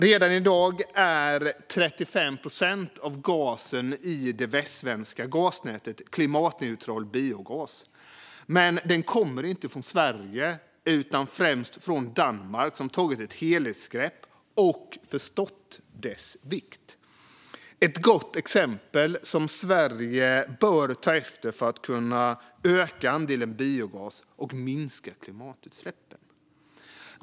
Redan i dag är 35 procent av gasen i det västsvenska gasnätet klimatneutral biogas, men den kommer inte från Sverige utan främst från Danmark, som har tagit ett helhetsgrepp och förstått dess vikt. Det är ett gott exempel som Sverige bör ta efter för att öka andelen biogas och minska klimatutsläppen.